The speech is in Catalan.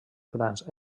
grans